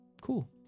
Cool